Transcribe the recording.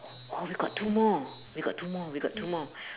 oh we got two more we got two more we got two more